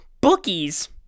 bookies